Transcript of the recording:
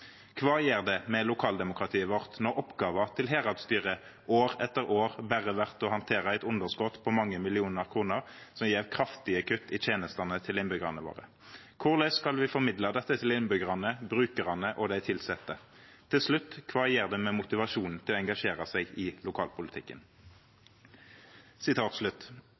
Kva gjer det med lokaldemokratiet vårt når oppgåva til heradsstyret år etter år berre vert å handtera eit underskot på mange millionar som gjev kraftige kutt i tenestene til innbyggjarane våre? Korleis skal vi formidla dette til innbyggjarane, brukarane og dei tilsette? Til slutt, kva gjer det med motivasjonen til å engasjera seg i lokalpolitikken?»